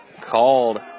Called